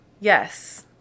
Yes